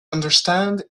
understand